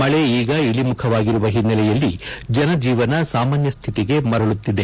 ಮಳೆ ಈಗ ಇಳಿಮುಖವಾಗಿರುವ ಹಿನ್ನೆಲೆಯಲ್ಲಿ ಜನಜೀವನ ಸಾಮಾನ್ಯ ಸ್ಥಿತಿಗೆ ಮರಳುತ್ತಿದೆ